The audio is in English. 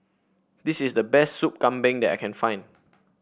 this is the best Soup Kambing that I can find